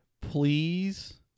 please